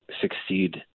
succeed